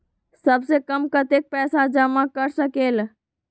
सबसे कम कतेक पैसा जमा कर सकेल?